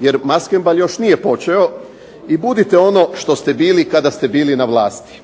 jer maskenbal još nije počeo, i budite ono što ste bili kada ste bili na vlasti.